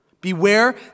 Beware